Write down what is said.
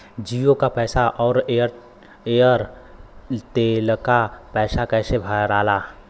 जीओ का पैसा और एयर तेलका पैसा कैसे भराला?